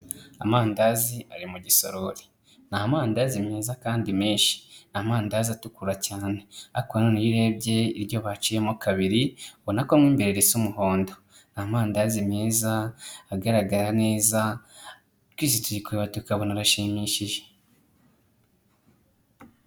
Amandazi ari mu gisorori ni amandazi meza kandi menshi, amandazi atukura cyane, ariko na none iyo urebye iryo baciyemo kabiri, ubona ko mo imbere risa umuhondo, amandazi meza agaragara neza twese turi kureba tukabona arashimishije.